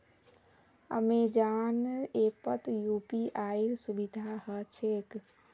Amazon ऐपत यूपीआईर सुविधा ह छेक